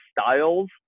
styles